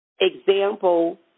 example